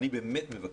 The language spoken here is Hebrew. אני באמת מבקש,